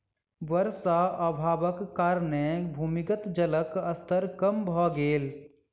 वर्षा अभावक कारणेँ भूमिगत जलक स्तर कम भ गेल